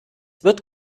wird